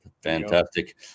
Fantastic